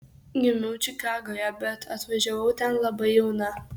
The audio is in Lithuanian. gimiau čikagoje bet atvažiavau ten labai jauna